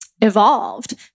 evolved